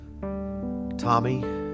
Tommy